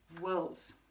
wills